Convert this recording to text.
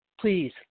please